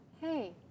hey